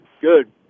Good